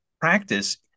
practice